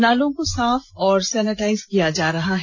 नालों की साफ एवं सेनेटाइज किया जा रहा है